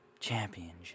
Championship